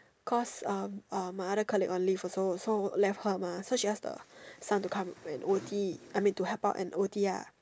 cause uh uh my other colleague on leave also so left her mah so she ask the son to come and O_T I mean to help out and O_T ah